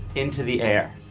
into the air.